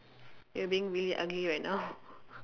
you're being really ugly right now